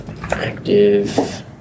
active